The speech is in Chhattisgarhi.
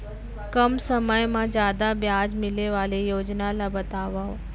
कम समय मा जादा ब्याज मिले वाले योजना ला बतावव